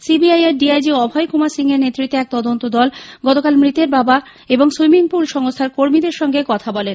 CBI এর DIG Abhay Kumar Singh এর নেতৃত্বে এক তদন্ত দল গতকাল মৃতের বাবা এবং সুইমিংপুল সংস্হার কর্মীদের সঙ্গে কথা বলেন